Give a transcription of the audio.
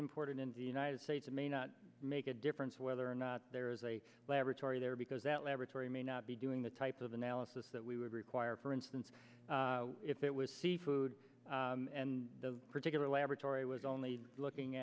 imported in the united states it may not make a difference whether or not there is a laboratory there because that laboratory may not be doing the type of analysis that we would require for instance if it was seafood and the particular laboratory would only be looking